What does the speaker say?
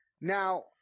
Now